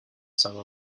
sew